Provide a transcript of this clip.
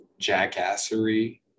jackassery